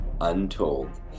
Untold